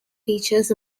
features